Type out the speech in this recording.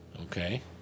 Okay